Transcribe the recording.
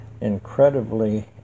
incredibly